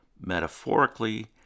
Metaphorically